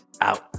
out